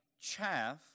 chaff